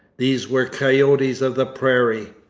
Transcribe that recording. these were coyotes of the prairie.